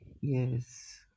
yes